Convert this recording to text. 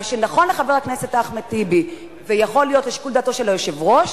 מה שנכון לחבר הכנסת אחמד טיבי ויכול להיות לשיקול דעתו של היושב-ראש,